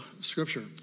Scripture